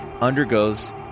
undergoes